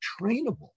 trainable